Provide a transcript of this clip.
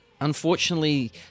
unfortunately